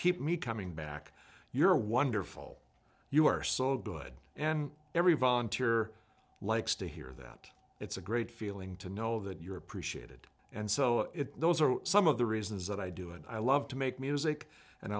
keep me coming back you're wonderful you're so good and every volunteer likes to hear that it's a great feeling to know that you're appreciated and so those are some of the reasons that i do and i love to make music and